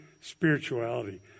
spirituality